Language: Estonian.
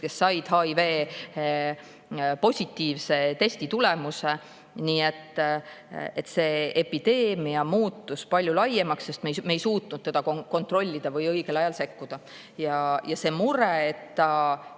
kes said HIV-positiivse testitulemuse. See epideemia muutus palju laiemaks, sest me ei suutnud teda kontrollida või õigel ajal sekkuda. Ja see mure, et